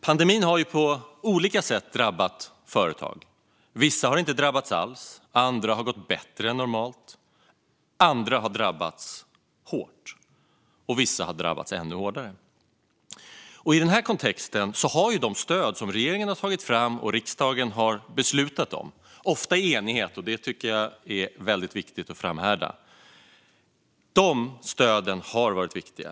Pandemin har på olika sätt drabbat företag. Vissa har inte drabbats alls, och andra har gått bättre än normalt. En del har drabbats hårt, och vissa har drabbats ännu hårdare. I den här kontexten har de stöd som regeringen tagit fram och som riksdagen har beslutat om - ofta i enighet, vilket jag tycker är väldigt viktigt att framhålla - varit viktiga.